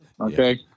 Okay